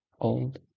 old